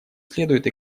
следует